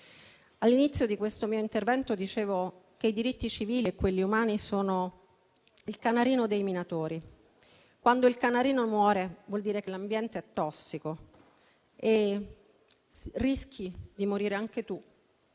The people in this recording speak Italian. All'inizio di questo mio intervento dicevo che i diritti civili e quelli umani sono il canarino dei minatori. Quando il canarino muore, vuol dire che l'ambiente è tossico e che rischi di morire anche tu.